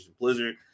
Blizzard